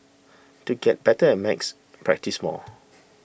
to get better at maths practise more